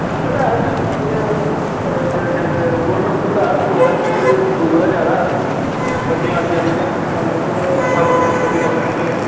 हां जी सर ऐ कि केह् कैंह्दे गौरमेंट स्कूल ऐ कोल कच्छ थुआढ़ी' दूर ऐ ज्यादा बच्चें गी आने जाने गी इन्ना लाई लैओ तुस इ'यां खड्ड खुड्ड पौंदी रस्ते च